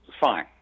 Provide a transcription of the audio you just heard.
fine